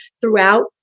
throughout